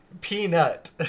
peanut